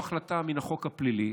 זה לא החלטה מן החוק הפלילי,